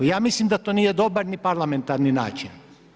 Ja mislim da to nije dobar ni parlamentaran način.